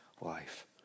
life